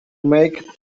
make